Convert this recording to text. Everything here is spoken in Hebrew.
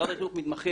משרד החינוך מתמחה,